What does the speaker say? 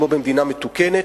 כמו במדינה מתוקנת,